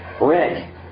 Rick